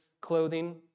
clothing